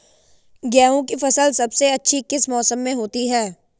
गेंहू की फसल सबसे अच्छी किस मौसम में होती है?